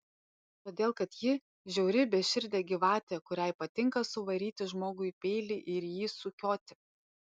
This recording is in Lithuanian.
todėl kad ji žiauri beširdė gyvatė kuriai patinka suvaryti žmogui peilį ir jį sukioti